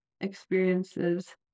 experiences